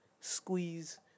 squeeze